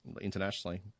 internationally